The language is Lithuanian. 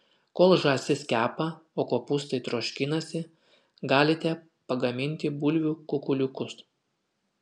kol žąsis kepa o kopūstai troškinasi galite pagaminti bulvių kukuliukus